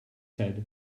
head